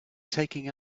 taking